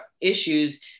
issues